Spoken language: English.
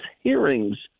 hearings